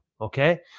Okay